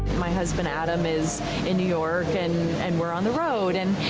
my husband, adam, is in new york and and we're on the road, and,